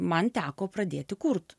man teko pradėti kurt